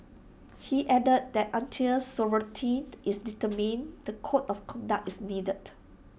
he added that until sovereignty is determined the code of conduct is needed